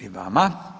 I vama.